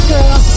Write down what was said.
Girl